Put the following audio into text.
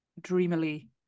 dreamily